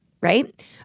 right